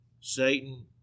Satan